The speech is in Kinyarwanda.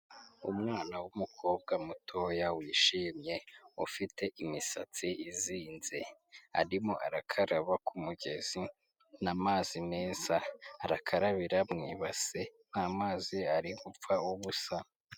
Umwana w'umukobwa mutoya wishimye, ufite imisatsi izinze, arimo arakaraba ku mugezi n'amazi meza, arakarabira mu ibase nta mazi ari gupfa ubusa.